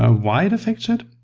ah why it affects it?